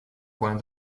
point